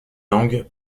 langues